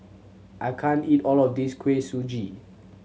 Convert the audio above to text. I can't eat all of this Kuih Suji